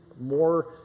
more